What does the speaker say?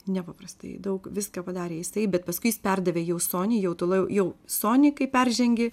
nepaprastai daug viską padarė jisai bet paskui jis perdavė jau sony jau tada jau sony kai peržengi